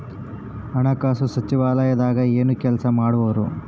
ಹಣಕಾಸು ಸಚಿವಾಲಯದಾಗ ಏನು ಕೆಲಸ ಮಾಡುವರು?